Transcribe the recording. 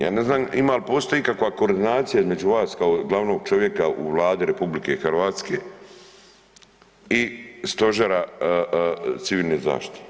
Ja ne znam ima li, postoji li ikakva koordinacija između vas kao glavnog čovjeka u Vladi RH i Stožera civilne zaštite?